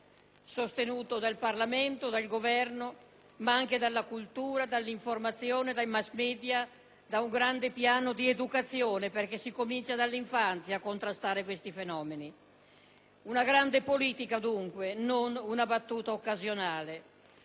solo dal Parlamento e dal Governo, ma anche dalla cultura, dall'informazione, dai *mass media* e da un grande piano di educazione, perché si comincia dall'infanzia a contrastare questi fenomeni. Una grande politica, dunque, e non una battuta occasionale.